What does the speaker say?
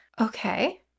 okay